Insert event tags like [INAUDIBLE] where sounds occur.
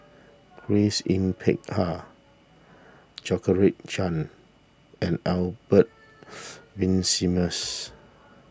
Grace Yin Peck Ha Georgette Chen and Albert [NOISE] Winsemius